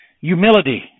Humility